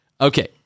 Okay